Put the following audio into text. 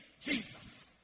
Jesus